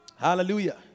Hallelujah